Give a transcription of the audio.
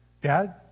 dad